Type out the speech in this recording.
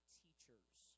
teachers